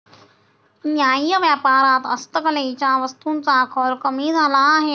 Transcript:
न्याय्य व्यापारात हस्तकलेच्या वस्तूंचा कल कमी झाला आहे